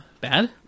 Bad